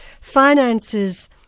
finances